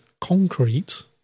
concrete